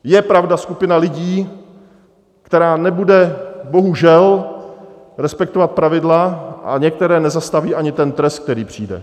Je pravda, skupina lidí nebude bohužel respektovat pravidla, a některé nezastaví ani ten trest, který přijde.